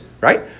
right